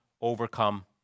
overcome